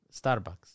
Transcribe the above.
Starbucks